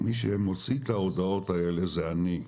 מי שמוציא את ההודעות האלה זה אני.